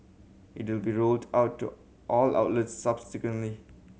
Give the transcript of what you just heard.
it will be rolled out to all outlets subsequently